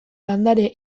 landare